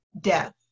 death